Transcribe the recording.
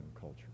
culture